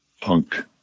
punk